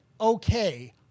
okay